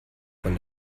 von